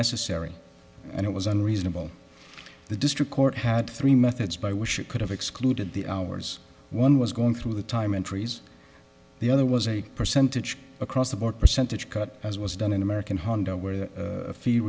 necessary and it was unreasonable the district court had three methods by which it could have excluded the hours one was going through the time entries the other was a percentage across the board percentage cut as was done in american honda where the fee